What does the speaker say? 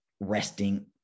resting